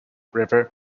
river